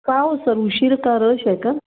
का हो सर उशीर का रश आहे का